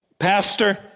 Pastor